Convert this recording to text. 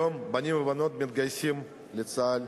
היום בנים ובנות מתגייסים לצה"ל